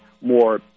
more